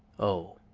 oh